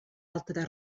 altre